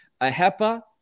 AHEPA